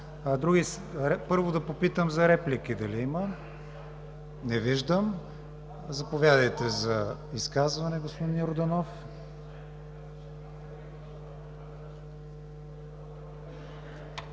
времето. Първо, да попитам за реплики дали има? Не виждам. Заповядайте за изказване, господин Йорданов.